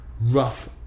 rough